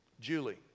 Julie